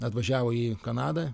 atvažiavo į kanadą